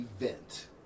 event